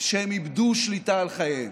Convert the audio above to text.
שהם איבדו שליטה על חייהם,